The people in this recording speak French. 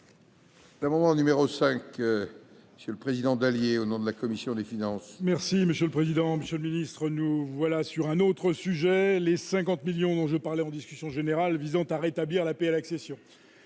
mon numéro 5, monsieur le Président d'alliés au nom de la commission des finances. Merci monsieur le président, monsieur le ministre, nous voilà sur un autre sujet : les 50 millions dont je parlais en discussion générale visant à rétablir la paix, l'accession.